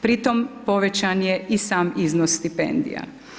Pritom povećan je i sam iznos stipendija.